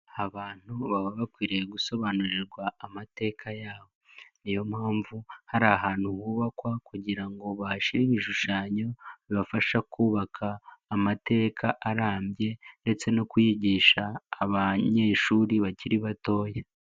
Abantu baba bakwiriye gusobanurirwa amateka yabo, niyo mpamvu hari ahantu hubakwa kugira ngo bahashire ibishushanyo bibafasha kubaka amateka arambye, ndetse no kwigisha abanyeshuri bakiri batoya.